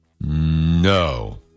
No